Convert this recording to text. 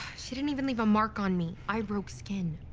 she didn't even leave a mark on me. i broke skin.